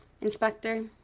Inspector